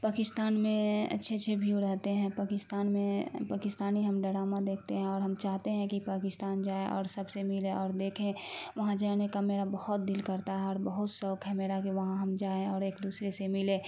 پاکستان میں اچھے اچھے بھیو رہتے ہیں پاکستان میں پاکستانی ہم ڈڑامہ دیکھتے ہیں اور ہم چاہتے ہیں کہ پاکستان جائیں اور سب سے ملے اور دیکھے وہاں جانے کا میرا بہت دل کرتا ہے اور بہت شوق ہے میرا کہ وہاں ہم جائیں اور ایک دوسرے سے ملے